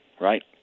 right